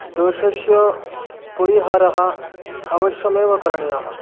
दोषस्य परिहारः अवश्यमेव करणीयः